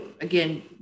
again